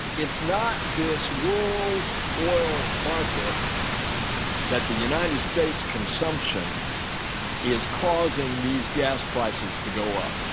it's not this world oil market that the united states consumption is causing these gas prices to go up.